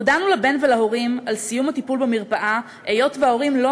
הודענו לבן ולהורים על סיום הטיפול במרפאה היות שההורים לא